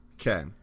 Okay